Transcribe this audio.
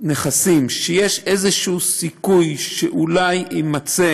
נכסים שיש איזשהו סיכוי שאולי יימצא